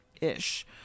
ish